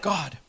God